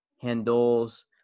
handles